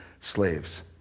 slaves